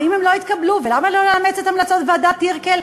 ואם הן לא יתקבלו ולמה לא לאמץ את המלצות ועדת טירקל,